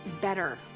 better